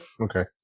Okay